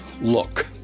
look